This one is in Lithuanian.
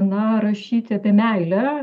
na rašyti apie meilę